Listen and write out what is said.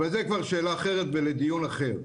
אבל זו כבר שאלה אחרת ולדיון אחר.